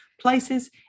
places